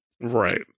Right